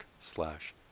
slash